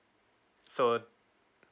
so